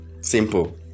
simple